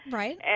right